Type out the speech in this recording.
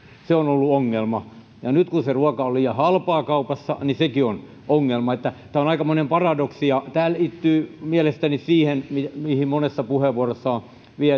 se on ollut ongelma ja nyt kun se ruoka on liian halpaa kaupassa niin sekin on ongelma tämä on aikamoinen paradoksi ja tämä liittyy mielestäni siihen mihin monessa puheenvuorossa on